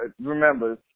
remember